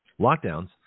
lockdowns